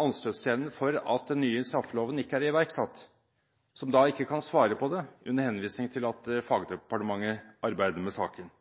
anstøtsstenen for at den nye straffeloven ikke er iverksatt, og hun kan ikke svare på det under henvisning til at fagdepartementet arbeider med saken.